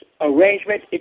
arrangement